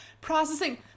processing